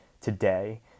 today